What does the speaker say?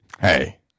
hey